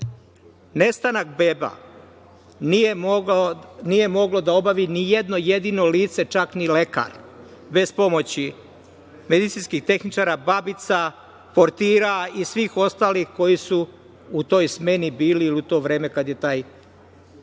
beba nije moglo da obavi ni jedno jedino lice, čak ni lekar, bez pomoći medicinskih tehničara, babica, portira i svih ostalih koji su u toj smeni bili u to vreme kada je taj